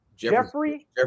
Jeffrey